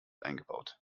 eingebaut